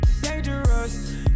dangerous